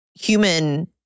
human